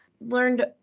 Learned